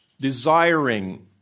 desiring